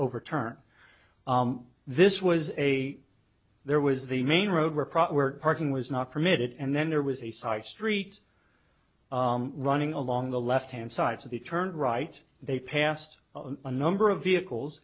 overturn this was a there was the main road where proper work parking was not permitted and then there was a side street running along the left hand side so the turned right they passed a number of vehicles